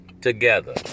together